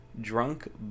drunk